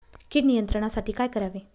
कीड नियंत्रणासाठी काय करावे?